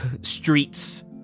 streets